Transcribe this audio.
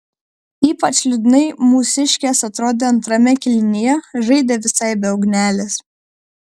ypač liūdnai mūsiškės atrodė antrame kėlinyje žaidė visai be ugnelės